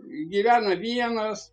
gyvena vienas